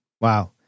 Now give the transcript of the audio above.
Wow